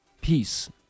Peace